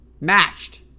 matched